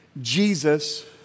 Jesus